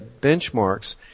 benchmarks